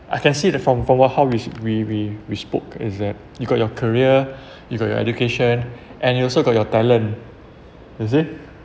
I can see that from from what how we we we we spoke is that you got your career you got your education and you also got your talent you see